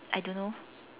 I don't know